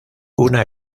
una